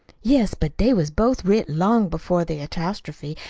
yes but they was both writ long before the apostrophe,